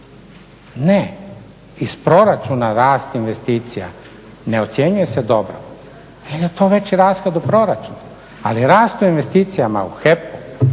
ne, iz proračuna rast investicija ne ocjenjuje se dobro jer je to veći rashod u proračunu, ali rast u investicijama u HEP-u,